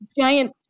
giant